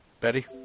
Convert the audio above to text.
Betty